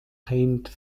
pained